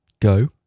Go